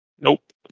Nope